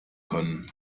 können